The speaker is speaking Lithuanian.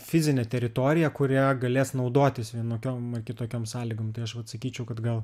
fizinę teritoriją kurią galės naudotis vienokiom ar kitokiom sąlygom tai aš vat sakyčiau kad gal